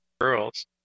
girls